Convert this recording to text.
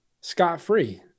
scot-free